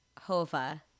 Hova